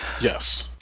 Yes